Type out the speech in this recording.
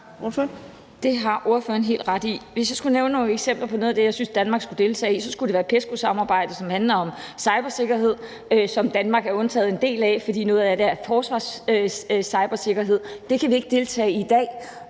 Det har ordføreren helt ret i. Hvis jeg skulle nævne nogle eksempler på noget af det, som jeg synes Danmark skal deltage i, skulle det være PESCO-samarbejdet, som handler om cybersikkerhed, hvor Danmark er undtaget i forhold til en del af det, fordi noget af det er forsvarscybersikkerhed. Det kan vi ikke deltage i i dag;